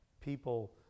people